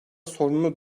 sorunu